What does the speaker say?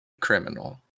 criminal